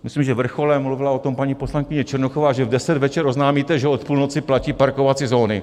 Myslím, že je vrcholem mluvila o tom paní poslankyně Černochová že v deset večer oznámíte, že od půlnoci platí parkovací zóny.